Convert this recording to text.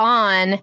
on